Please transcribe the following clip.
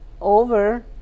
over